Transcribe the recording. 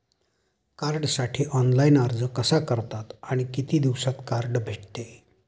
कार्डसाठी ऑनलाइन अर्ज कसा करतात आणि किती दिवसांत कार्ड भेटते?